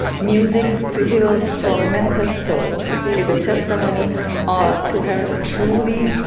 music to heal tormented souls is a testimony ah to her truly